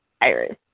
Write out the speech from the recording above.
Iris